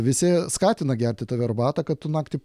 visi skatina gerti tave arbatą kad tu naktį